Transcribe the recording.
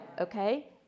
Okay